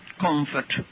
Comfort